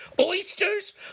oysters